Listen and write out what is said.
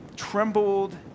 trembled